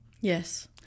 Yes